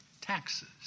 taxes